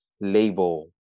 label